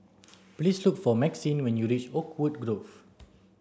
please look for Maxine when you reach Oakwood Grove